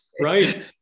right